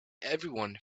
everyone